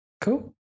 Cool